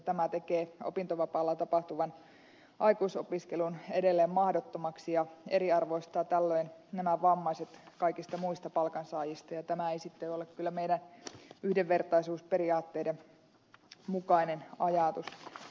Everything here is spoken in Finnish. tämä tekee opintovapaalla tapahtuvan aikuisopiskelun edelleen mahdottomaksi ja eriarvoistaa tällöin nämä vammaiset suhteessa kaikkiin muihin palkansaajiin ja tämä ei sitten ole kyllä meidän yhdenvertaisuusperiaatteidemme mukainen ajatus